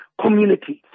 communities